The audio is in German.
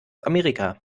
amerika